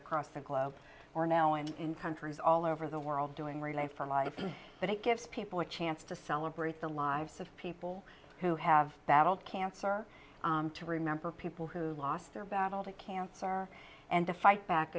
across the globe or now and in countries all over the world doing relay for life but it gives people a chance to celebrate the lives of people who have battled cancer to remember people who've lost their battle to cancer and to fight back